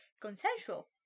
consensual